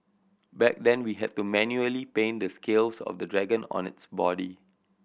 back then we had to manually paint the scales of the dragon on its body